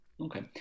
Okay